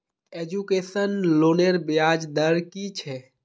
Education लोनेर ब्याज दर कि छे?